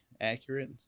accurate